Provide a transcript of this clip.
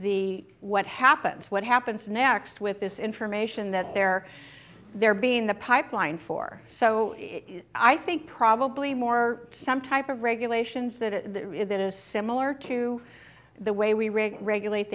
the what happens what happens next with this information that they're there being in the pipeline for so i think probably more some type of regulations that that is similar to the way we rig regulate